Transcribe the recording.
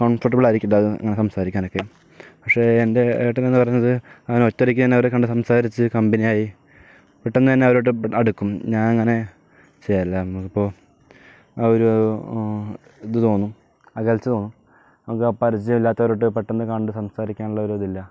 comfortable ആയിരിക്കില്ല അങ്ങനെ സംസാരിക്കാനൊക്കെ പക്ഷെ എൻ്റെ ഏട്ടനെന്ന് പറഞ്ഞത് അവൻ ഒറ്റയ്ക്ക് തന്നെ അവരെ കണ്ട് സംസാരിച്ചു കമ്പനിയായി പെട്ടെന്നുതന്നെ അവരുമായിട്ട് അടുക്കും ഞാനങ്ങനെ ചെയ്യലില്ല നമ്മളിപ്പോൾ അവര് എന്തു തോന്നും അകൽച്ച തോന്നും നമുക്ക് പരിചയമില്ലാത്തവരോട് പെട്ടെന്ന് കണ്ട് സംസാരിക്കാനുള്ള ഒരിതില്ല